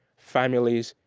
families,